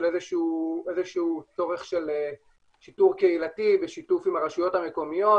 איזה שהוא צורך של שיטור קהילתי בשיתוף עם הרשויות המקומיות